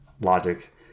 logic